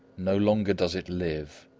no longer does it live,